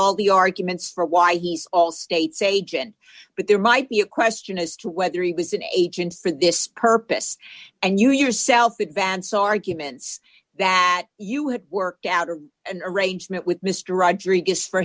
all the arguments for why he's all state's agent but there might be a question as to whether he was an agent for this purpose and you yourself advance arguments that you had worked out of an arrangement with mr rodriguez for